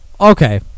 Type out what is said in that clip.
Okay